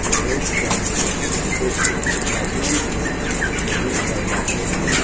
بھیج کر کے اس پرابلم کو دور کروا دیتے